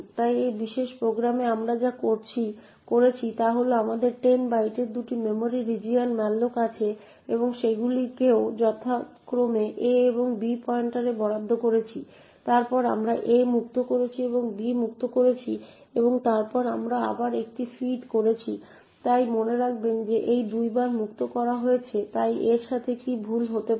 তাই এই বিশেষ প্রোগ্রামে আমরা যা করেছি তা হল আমাদের 10 বাইটের দুটি মেমরি রিজিওন malloc আছে এবং সেগুলোকে যথাক্রমে a এবং b পয়েন্টারে বরাদ্দ করেছি তারপর আমরা a মুক্ত করেছি আমরা b মুক্ত করেছি এবং তারপরে আমরা আবার একটি ফিড করেছি তাই মনে রাখবেন যে a দুইবার মুক্ত করা হয়েছে তাই এর সাথে কী ভুল হতে পারে